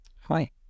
Hi